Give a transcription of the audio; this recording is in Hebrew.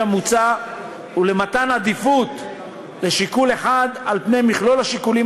המוצע ולמתן עדיפות לשיקול אחד על פני מכלול השיקולים